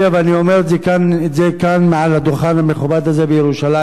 ואני אומר את זה כאן מעל הדוכן המכובד הזה בירושלים,